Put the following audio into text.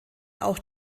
auch